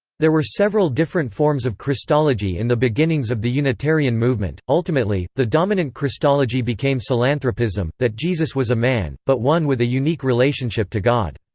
there were several different forms of christology in the beginnings of the unitarian movement ultimately, the dominant christology became psilanthropism that jesus was a man, but one with a unique relationship to god.